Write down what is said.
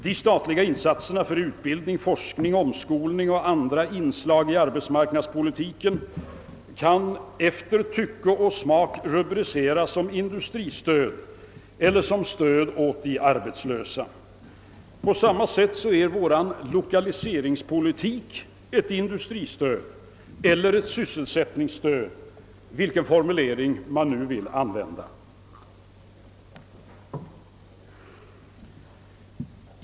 De statliga insatserna för utbildning, forskning, omskolning och andra inslag i arbetsmarknadspolitiken kan efter tycke och smak rubriceras som industristöd eller som stöd åt de arbetslösa. På samma sätt är vår lokaliseringspolitik ett industristöd eller ett sysselsättningsstöd, vilken formulering man nu vill använda.